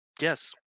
Yes